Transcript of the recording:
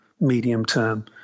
medium-term